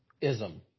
Ism